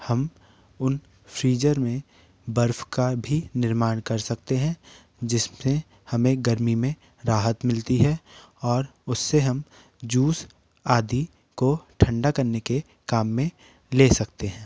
हम उन फ्रीजर में बर्फ का भी निर्माण कर सकते हैं जिसमें हमें गर्मी में राहत मिलती है और उससे हम जूस आदि को ठंडा करने के काम में ले सकते हैं